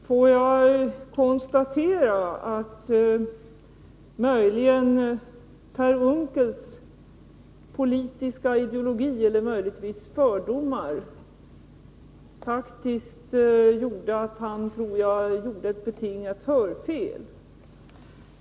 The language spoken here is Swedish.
Herr talman! Får jag konstatera att Per Unckels ideologi eller möjligtvis fördomar faktiskt medförde att han, tror jag, gjorde ett betingat hörfel.